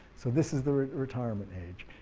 so this is the retirement age,